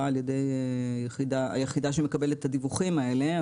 על ידי היחידה שמקבלת את הדיווחים האלה,